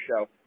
show